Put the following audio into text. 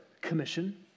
commission